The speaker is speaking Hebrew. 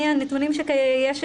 מהנתונים שיש ברשותי,